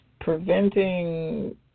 preventing